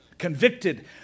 Convicted